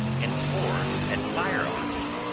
and four had fire arms.